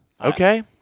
Okay